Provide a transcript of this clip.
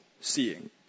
seeing